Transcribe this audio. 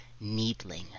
needling